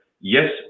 yes